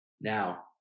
Now